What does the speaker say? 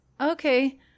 okay